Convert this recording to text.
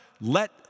let